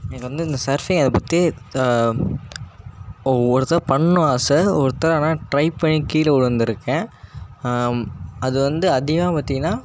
எனக்கு வந்து இந்த சர்ஃபே அதை பத்தி ஒரு தட பண்ணும் ஆசை ஒருதட ஆனால் ட்ரை பண்ணி கீழே விழுந்திருக்கேன் அது வந்து அதிகமாக பார்த்தீங்கன்னா